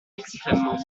extrêmement